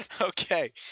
Okay